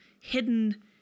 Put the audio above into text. hidden